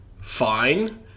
fine